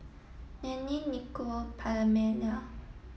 Lynette Nikko Pamelia